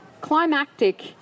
Climactic